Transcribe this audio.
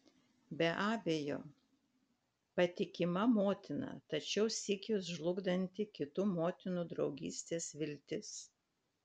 be abejo patikima motina tačiau sykiu žlugdanti kitų motinų draugystės viltis